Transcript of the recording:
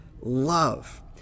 love